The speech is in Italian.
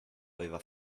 aveva